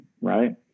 right